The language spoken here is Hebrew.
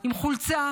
עם חולצה